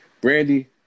Brandy